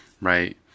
right